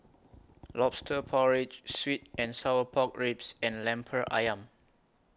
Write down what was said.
Lobster Porridge Sweet and Sour Pork Ribs and Lemper Ayam